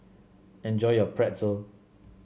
enjoy your Pretzel